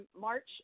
March